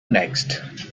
next